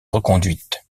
reconduite